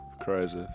Crazy